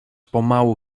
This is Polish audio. pomału